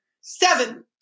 Seven